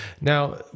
now